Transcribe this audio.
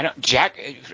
Jack